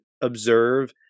observe